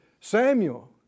Samuel